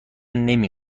نمی